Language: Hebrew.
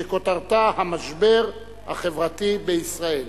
שכותרתה: המשבר החברתי בישראל.